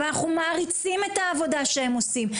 אנחנו מעריצים את העבודה שהם עושים,